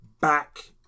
back